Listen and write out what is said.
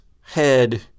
head